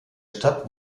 stadt